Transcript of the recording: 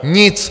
Nic!